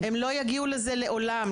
הם לא יגיעו לזה לעולם.